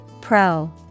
Pro